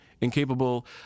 Incapable